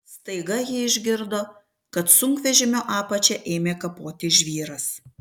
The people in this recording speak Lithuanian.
staiga ji išgirdo kad sunkvežimio apačią ėmė kapoti žvyras